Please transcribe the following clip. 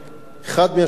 אחד לשני,